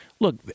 Look